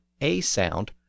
a-sound